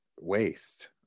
waste